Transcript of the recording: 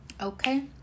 Okay